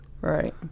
Right